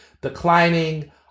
declining